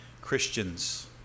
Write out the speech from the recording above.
Christians